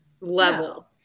level